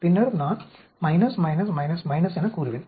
பின்னர் நான் என கூறுவேன்